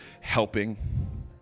helping